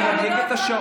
לא ביקשתי לסייע.